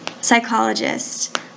psychologist